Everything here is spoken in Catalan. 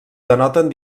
denoten